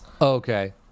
Okay